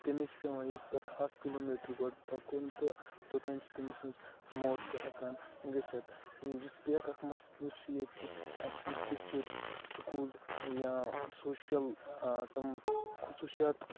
تٔمِس چھِ پٮ۪وان ییٚتہِ پٮ۪ٹھ ہَتھ کِلوٗ میٖٹَر گۄڈٕ پَکُن تہٕ توٚتام چھِ تٔمۍ سٕنٛز موت تہِ ہٮ۪کان گٔژھِتھ یُس بیٛاکھ اَکھ مسلہٕ چھِ ییٚتہِ اَسہِ چھِنہٕ تِژھ ییٚتہِ سکوٗل یا سوشَل تِم خصوٗصیات